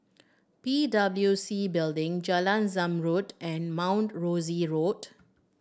P W C Building Jalan Zamrud and Mount Rosie Road